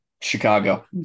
Chicago